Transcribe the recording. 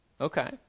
Okay